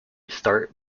start